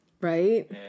Right